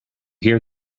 hear